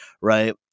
right